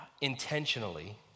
intentionally